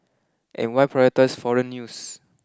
and why prioritise foreign news